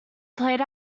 played